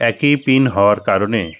একই পিন হওয়ার কারণে